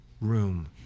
room